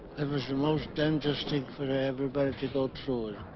that was the most interesting for everybody to go through